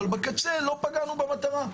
אבל בקצה לא פגענו במטרה.